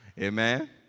Amen